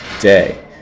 day